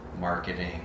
marketing